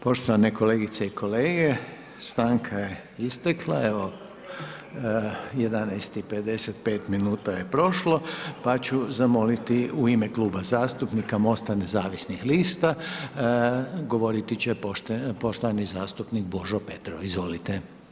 Poštovane kolegice i kolege, stanka je istekla, evo, 11,55 min je prošlo, pa ću zamoliti u ime Kluba zastupnika Mosta nezavisnih lista, govoriti će poštovani zastupnik Božo Petrov, izvolite.